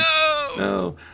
No